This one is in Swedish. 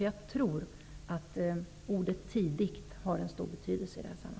Jag tror att ordet ''tidigt'' har en stor betydelse i sammanhanget.